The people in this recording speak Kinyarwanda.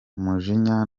umujinya